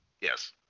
Yes